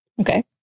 Okay